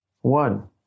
One